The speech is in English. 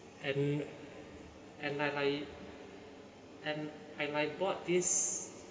and and I like and I bought this